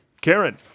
Karen